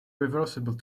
reversible